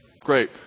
great